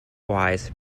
wise